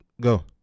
Go